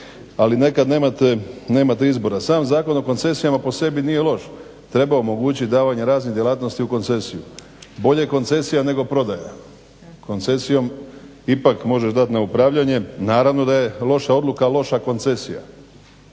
ali nekad nemate izbora. Sam zakon o koncesijama po sebi nije loš, treba omogućit davanje raznih djelatnosti u koncesiju. Bolje koncesija nego prodaja. Koncesijom ipak možeš dat na upravljanje. Naravno da je loša odluka loša koncesija.